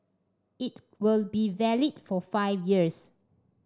it will be valid for five years